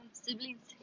siblings